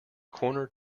corner